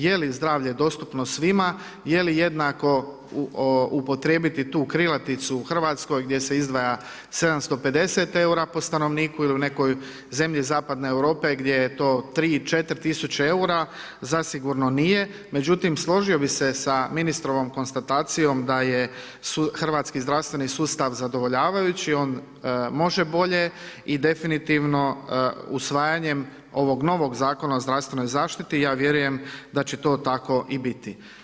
Je li zdravlje dostupno svima, je li jednako upotrijebiti tu krilaticu u Hrvatskoj gdje se izdvaja 750 EUR-a po stanovnika ili u nekoj zemlji zapadne Europe gdje je to 3000-4000 EUR-a, zasigurno nije, međutim, složio bi se sa ministrovom konstatacijom da je hrvatski zdravstveni sustav zadovoljavajući, on može bolje, i definitivno usvajanjem ovog novog Zakona o zdravstvenoj zaštiti, ja vjerujem da će to tako i biti.